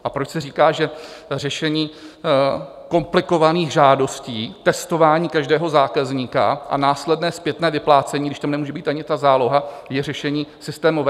A proč se říká, že řešení komplikovaných žádostí, testování každého zákazníka a následné zpětné vyplácení, když tam nemůže být ani ta záloha, je řešení systémové?